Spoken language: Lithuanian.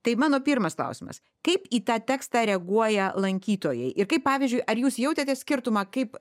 tai mano pirmas klausimas kaip į tą tekstą reaguoja lankytojai ir kaip pavyzdžiui ar jūs jautėte skirtumą kaip